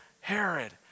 Herod